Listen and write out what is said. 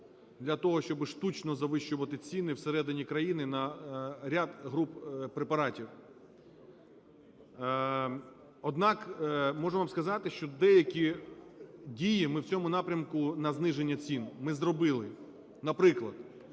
для того, щоби штучно завищувати ціни всередині країни на ряд груп препаратів. Однак можу вам сказати, що деякі дії ми в цьому напрямку – на зниження цін – ми зробили. Наприклад,